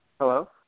Hello